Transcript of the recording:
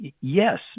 yes